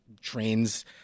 trains